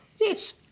Yes